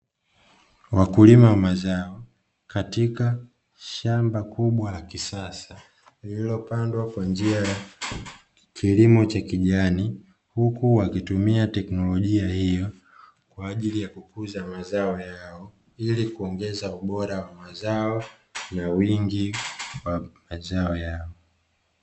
Wakulima wa mazao katika shamba kubwa la kisasa lililopandwa kwa njia ya kilimo cha kijani, huku wakitumia teknolojia hiyo kwa ajili ya kukuza mazao yao ili kuongeza ubora wa mazao na wingi wa mazao yao.